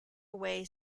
away